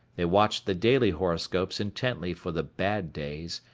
they watched the daily horoscopes intently for the bad days,